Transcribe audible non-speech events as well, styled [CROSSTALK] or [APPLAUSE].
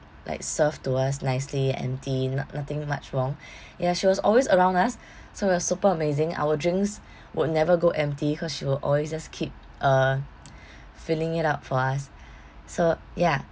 like serve to us nicely and clean not~ nothing much wrong [BREATH] ya she was always around us so it was super amazing our drinks would never go empty cause she will always just keep uh [BREATH] filling it up for us so ya